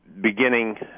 beginning